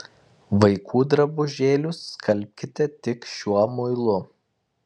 vaikų drabužėlius skalbkite tik šiuo muilu